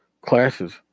classes